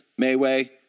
Mayway